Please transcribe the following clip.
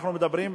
אנחנו מדברים על,